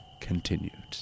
continued